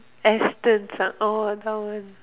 Astons ah orh oh